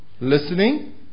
Listening